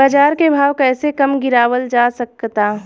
बाज़ार के भाव कैसे कम गीरावल जा सकता?